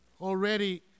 already